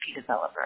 developer